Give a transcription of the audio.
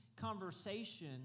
conversation